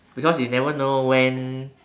because you never know when